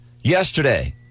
Yesterday